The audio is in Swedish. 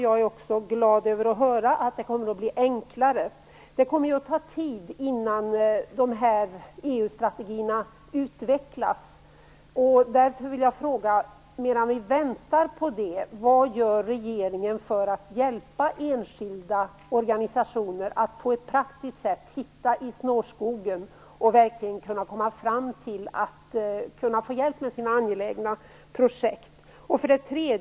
Jag är glad att höra att det kommer att bli enklare. Det kommer naturligtvis att ta tid innan EU-strategierna utvecklas. Därför vill jag fråga vad regeringen gör, medan vi väntar på detta, för att hjälpa enskilda organisationer att på ett praktiskt sätt hitta i snårskogen och få hjälp med sina angelägna projekt.